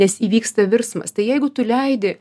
nes įvyksta virsmas tai jeigu tu leidi